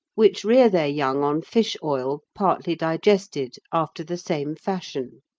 which rear their young on fish-oil partly digested after the same fashion.